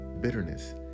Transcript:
bitterness